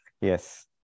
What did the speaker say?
Yes